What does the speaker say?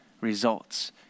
results